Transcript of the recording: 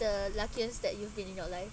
the luckiest that you've been in your life